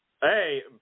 Hey